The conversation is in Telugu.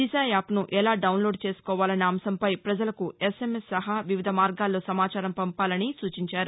దిశ యాప్ను ఎలా డౌన్లోడ్ చేసుకోవాలన్న అంశంపై ప్రజలకు ఎస్ఎంఎస్ సహా వివిధ మార్గాల్లో సమాచారం పంపాలని సూచించారు